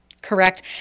Correct